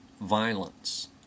violence